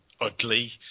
ugly